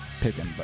picking